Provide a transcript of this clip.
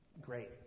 Great